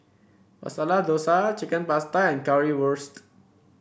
Masala Dosa Chicken Pasta and Currywurst